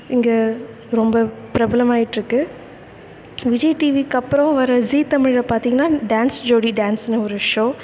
இங்கே ரொம்ப பிரபலமாயிட்டிருக்கு விஜய் டிவிக்கப்புறம் வர ஜீ தமிழை பார்த்திங்கனா டான்ஸ் ஜோடி டான்ஸ்னு ஒரு ஷோ